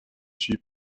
suis